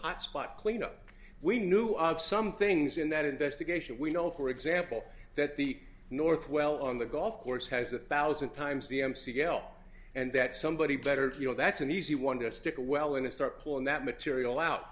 intro spot clean up we knew of some things in that investigation we know for example that the north well on the golf course has a thousand times the mc gale and that somebody better to you know that's an easy one to stick well when they start pulling that material out